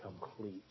Complete